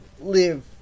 live